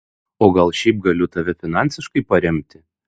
o gal šiaip galiu tave finansiškai paremti